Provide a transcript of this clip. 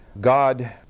God